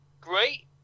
Great